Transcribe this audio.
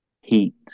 heat